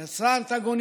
היא יצרה אנטגוניזם,